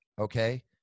Okay